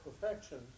perfection